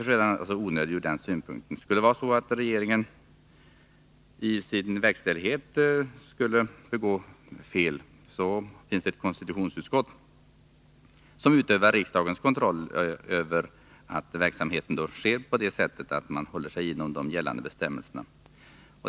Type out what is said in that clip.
Skulle det vara så att regeringen i sin verkställighet skulle begå fel, finns det ett konstitutionsutskott som utövar riksdagens kontroll över att verksamheten håller sig inom gällande bestämmelser.